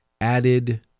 added